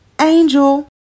angel